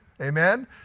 Amen